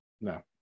no